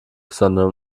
sondern